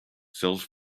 sells